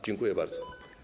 Dziękuję bardzo.